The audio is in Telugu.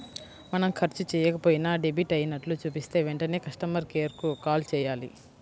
మనం ఖర్చు చెయ్యకపోయినా డెబిట్ అయినట్లు చూపిస్తే వెంటనే కస్టమర్ కేర్ కు కాల్ చేయాలి